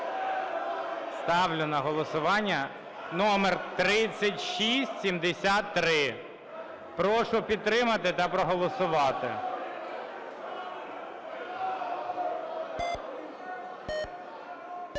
Ставлю на голосування номер 3673. Прошу підтримати та проголосувати.